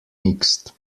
mixed